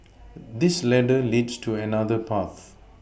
this ladder leads to another path